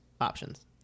options